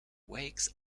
wakes